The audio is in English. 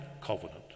Covenant